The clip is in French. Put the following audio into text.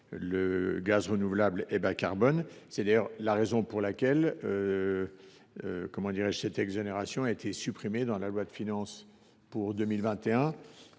le gaz renouvelable et bas carbone. C’est d’ailleurs la raison pour laquelle cette exonération a été supprimée dans la loi de finances pour 2021.